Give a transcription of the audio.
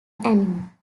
anime